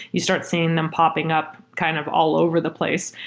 you start seeing them popping up kind of all over the place.